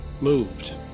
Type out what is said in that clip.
moved